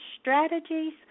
strategies